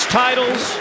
titles